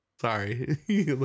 sorry